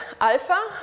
alpha